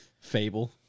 fable